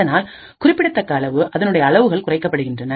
அதனால் குறிப்பிடத்தக்க அளவு அதனுடைய அளவுகள் குறைக்கப்படுகின்றன